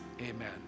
amen